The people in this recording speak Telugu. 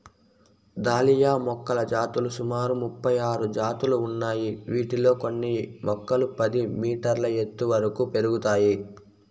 దాలియా మొక్కల జాతులు సుమారు ముపై ఆరు జాతులు ఉన్నాయి, వీటిలో కొన్ని మొక్కలు పది మీటర్ల ఎత్తు వరకు పెరుగుతాయి